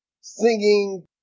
singing